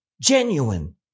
Genuine